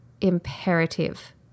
imperative